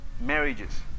marriages